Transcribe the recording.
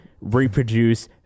reproduce